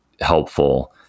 helpful